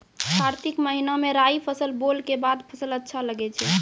कार्तिक महीना मे राई फसल बोलऽ के बाद फसल अच्छा लगे छै